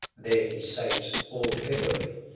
there he sate all heavily,